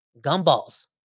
gumballs